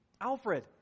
Alfred